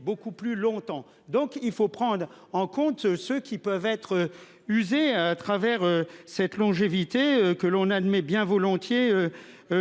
beaucoup plus longtemps, donc il faut prendre en compte ce qu'ils peuvent être usés à travers cette longévité que l'on admet bien volontiers.